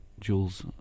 Jules